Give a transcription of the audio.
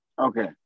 Okay